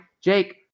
Jake